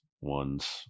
ones